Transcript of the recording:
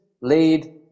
lead